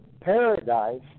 paradise